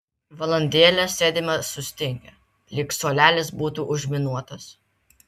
valandėlę sėdime sustingę lyg suolelis būtų užminuotas